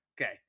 Okay